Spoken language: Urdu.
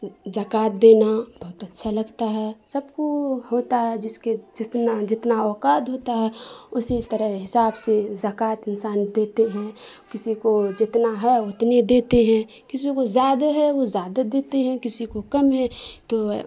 زکوٰۃ دینا بہت اچھا لگتا ہے سب کو ہوتا ہے جس کے جتنا جتنا اوقات ہوتا ہے اسی طرح حساب سے زکوٰۃ انسان دیتے ہیں کسی کو جتنا ہے اتنی دیتے ہیں کسی کو زیادہ ہے وہ زیادہ دیتے ہیں کسی کو کم ہے تو